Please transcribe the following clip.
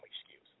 excuse